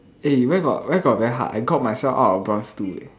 eh where got where got very hard I got myself out of bronze two eh